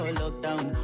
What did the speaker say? lockdown